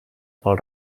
pel